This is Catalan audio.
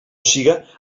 siga